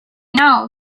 know